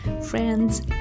friends